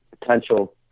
potential